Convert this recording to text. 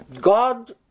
God